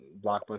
blockbuster